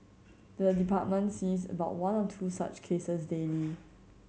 the department sees about one or two such cases daily